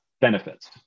benefits